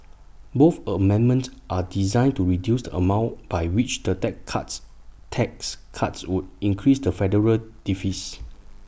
both amendments are designed to reduce the amount by which the deck cuts tax cuts would increase the federal deficit